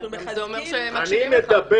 אנחנו מחזקים אותך.